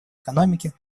экономики